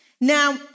Now